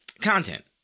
content